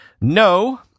No